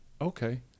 okay